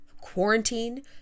quarantine